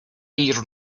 ear